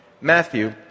Matthew